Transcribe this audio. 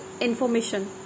information